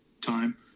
time